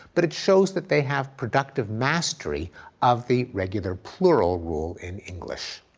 but it shows that they have productive mastery of the regular plural rule in english.